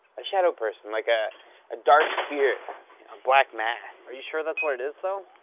a shadow person, like ah a dark spirit. a black mass. are you sure that's what it is, though?